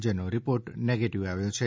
જેનો report negative આવ્યો છે